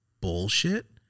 bullshit